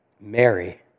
Mary